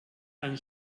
ein